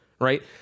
right